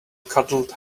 cuddled